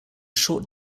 short